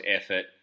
effort